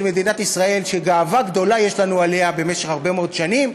מדינת ישראל שגאווה גדולה יש לנו עליה במשך הרבה מאוד שנים,